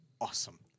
awesome